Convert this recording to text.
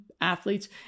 athletes